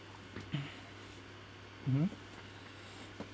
mmhmm